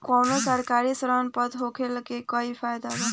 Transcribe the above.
कवनो सरकारी ऋण पत्र होखला के इ फायदा बा